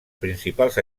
principals